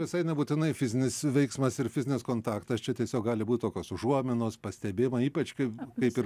visai nebūtinai fizinis veiksmas ir fizinis kontaktas čia tiesiog gali būt tokios užuominos pastebėjimai ypač kai kaip ir